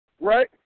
right